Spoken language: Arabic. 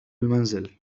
المنزل